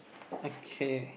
okay